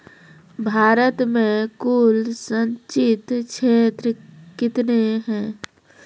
भारत मे कुल संचित क्षेत्र कितने हैं?